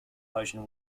persian